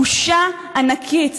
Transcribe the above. בושה ענקית.